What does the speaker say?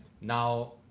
Now